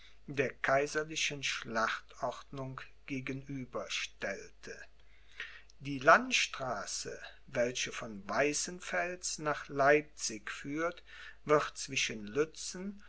der kaiserlichen schlachtordnung gegenüber stellte die landstraße welche von weißenfels nach leipzig führt wird zwischen lützen